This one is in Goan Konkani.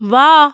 वा